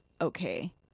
okay